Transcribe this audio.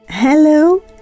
Hello